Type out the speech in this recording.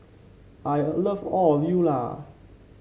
I love all of you lah